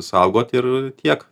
saugot ir tiek